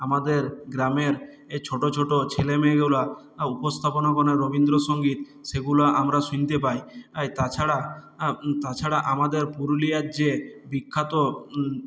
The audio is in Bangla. আমাদের গ্রামের এই ছোটো ছোটো ছেলেমেয়েগুলো উপস্থাপনা করে রবীন্দ্রসঙ্গীত সেগুলো আমরা শুনতে পাই তাছাড়া তাছাড়া আমাদের পুরুলিয়ার যে বিখ্যাত